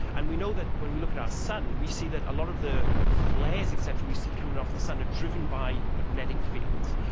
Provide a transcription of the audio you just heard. and we know that when we look at our sun we see that a lot of the the flares et cetera that we see coming off the sun are driven by magnetic fields.